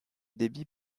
débit